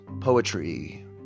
poetry